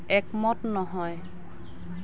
একমত নহয়